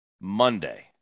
Monday